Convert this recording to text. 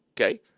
Okay